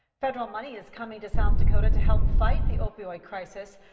federal money is coming to south dakota to help fight the opioid crisis.